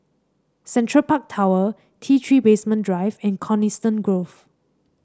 Central Park Tower T Three Basement Drive and Coniston Grove